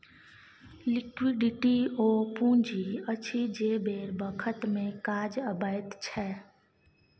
liquidity ओ पुंजी अछि जे बेर बखत मे काज अबैत छै